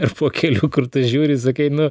ar po kelių kur tu žiūri sakai nu